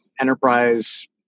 enterprise